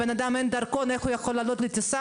איזה מן דבר כזה?